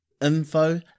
info